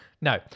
No